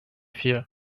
here